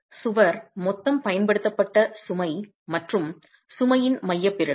சுவர் மொத்தம் பயன்படுத்தப்பட்ட சுமை மற்றும் சுமையின் மைய பிறழ்வு